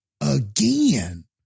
again